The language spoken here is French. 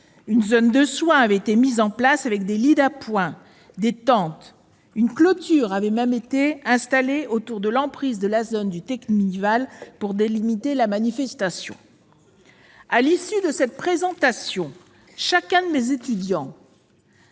Une zone de soins avait été installée, avec des lits d'appoint et des tentes. Une clôture avait même été dressée autour de l'emprise de la zone du Teknival pour délimiter la manifestation. À l'issue de cette présentation, tous mes étudiants